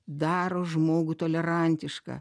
daro žmogų tolerantišką